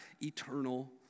eternal